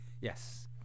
Yes